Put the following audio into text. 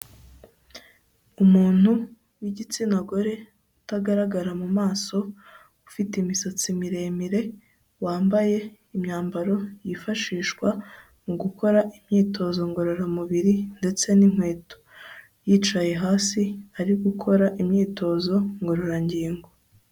Umuntu w'igitsina gore utagaragara mu maso, ufite imisatsi miremire, wambaye imyambaro yifashishwa mu gukora imyitozo ngororamubiri ndetse n'inkweto, yicaye hasi ari gukora imyitozo ngororangingo.